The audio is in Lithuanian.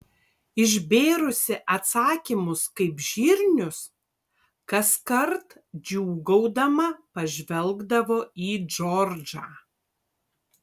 išbėrusi atsakymus kaip žirnius kaskart džiūgaudama pažvelgdavo į džordžą